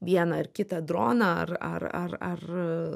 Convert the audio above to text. vieną ar kitą droną ar ar ar ar